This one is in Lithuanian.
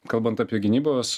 kalbant apie gynybos